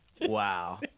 wow